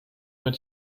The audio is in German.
mehr